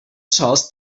sols